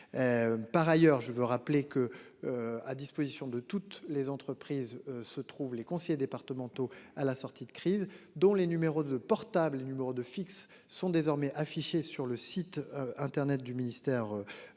Par ailleurs, je veux rappeler que. À disposition de toutes les entreprises se trouvent les conseillers départementaux à la sortie de crise dont les numéros de portable, les numéros de fixes sont désormais affichés sur le site internet du ministère. De l'économie